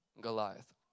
Goliath